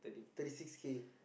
thirty six K